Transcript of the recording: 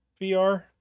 VR